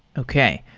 okay.